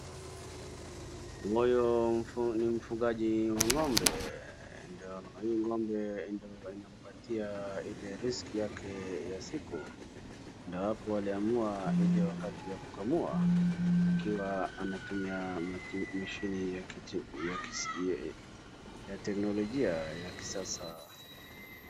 Huyo ni mfugaji wa ng'ombe. Hii ng'ombe ndio inampatia ile riziki yake ya siku. Ndio hapo aliamua ni ile wakati ya kukamua akiwa anatumia mashini ya kiteknolojia ya kisasa.